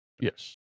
Yes